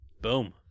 Boom